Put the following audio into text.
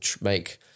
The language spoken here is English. make